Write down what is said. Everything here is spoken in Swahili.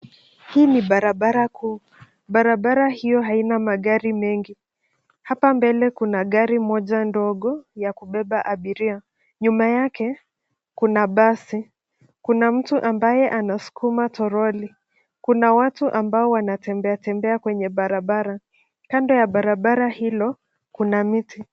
Hii ni barabara kuu, barabara io haina magari mengi. Hapa mbele kuna gari moja ndogo ya kupepa abiria, nyuma yake kuna basi kuna mtu ambaye anazunguma troli kuna watu ambao wanatembea tembea kwenye barabara. Kando ya barabara hilo kuna miti.